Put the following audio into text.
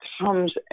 comes